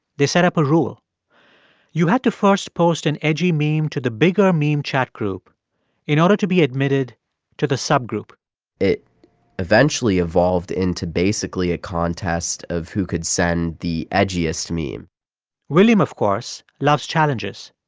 they set up a rule you had to first post an edgy meme to the bigger meme chat group in order to be admitted to the subgroup it eventually evolved into basically a contest of who could send the edgiest meme william, of course, loves challenges.